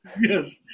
yes